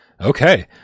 okay